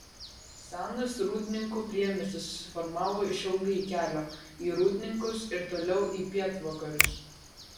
senas rūdninkų priemiestis susiformavo išilgai kelio į rūdninkus ir toliau į pietvakarius